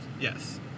Yes